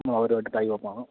നമ്മളവരുമായിട്ട് ടൈ യപ്പാണ്